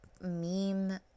meme